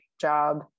job